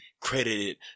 credited